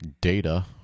data